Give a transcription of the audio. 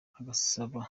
agasaba